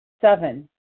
Seven